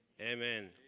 amen